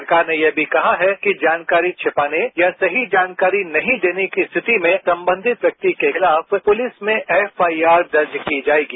सरकार ने यह भी कहा है कि जानकारी छिपाने या सही जानकारी नहीं देने की स्थिति में संबंधित व्यक्ति के खिलाफ पुलिस में एफआईआर दर्ज की जाएगी